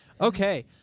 Okay